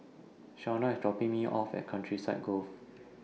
Shaunna IS dropping Me off At Countryside Grove